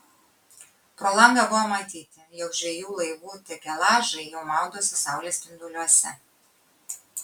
pro langą buvo matyti jog žvejų laivų takelažai jau maudosi saulės spinduliuose